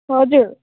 हजुर